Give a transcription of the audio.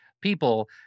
people